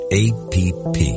app